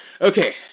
okay